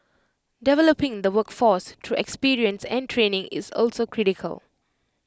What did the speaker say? developing the workforce through experience and training is also critical